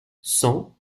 cent